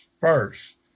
first